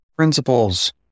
Principles